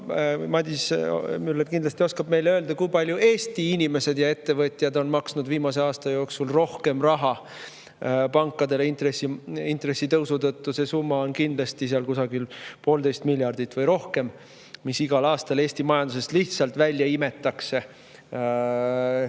Madis Müller kindlasti oskab meile öelda, kui palju Eesti inimesed ja ettevõtjad on maksnud viimase aasta jooksul rohkem raha pankadele intressitõusu tõttu. See summa on kindlasti kusagil poolteist miljardit või rohkem, mis igal aastal Eesti majandusest lihtsalt välja imetakse